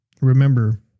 Remember